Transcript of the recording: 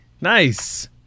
nice